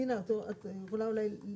פנינה את יכולה אולי,